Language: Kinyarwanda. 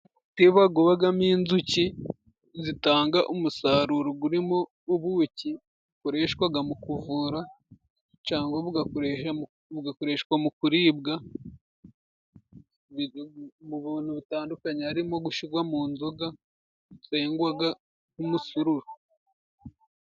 Umutiba ubamo inzuki zitanga umusaruro urimo ubuki, bukoreshwa mu kuvura cyangwa bugakoreshwa mu kuribwa mu bintu bitandukanye, harimo gushyirwa mu nzoga zengwa nk'umusururu.